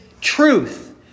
truth